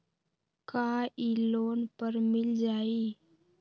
का इ लोन पर मिल जाइ?